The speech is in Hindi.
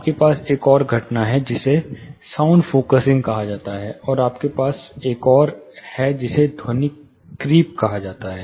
आपके पास एक और घटना है जिसे साउंड फोकसिंग कहा जाता है और आपके पास एक और एक है जिसे ध्वनिक क्रीप कहा जाता है